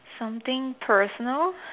something personal